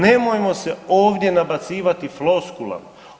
Nemojmo se ovdje nabacivati floskulama.